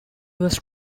was